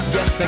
Yes